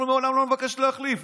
אנחנו לעולם לא נבקש להחליף.